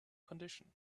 condition